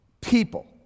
people